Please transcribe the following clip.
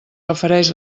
refereix